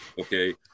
okay